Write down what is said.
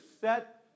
set